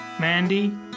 Mandy